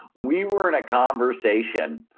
we were in a conversation,